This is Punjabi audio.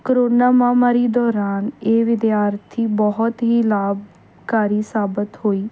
ਕਰੋਨਾ ਮਹਾਂਮਾਰੀ ਦੌਰਾਨ ਇਹ ਵਿਦਿਆਰਥੀ ਬਹੁਤ ਹੀ ਲਾਭਕਾਰੀ ਸਾਬਿਤ ਹੋਈ